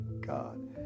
God